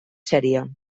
sèrie